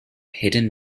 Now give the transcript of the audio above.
hidden